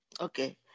Okay